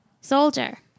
soldier